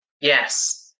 Yes